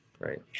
Right